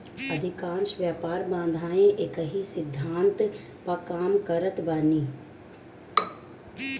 अधिकांश व्यापार बाधाएँ एकही सिद्धांत पअ काम करत बानी